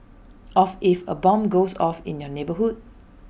of if A bomb goes off in your neighbourhood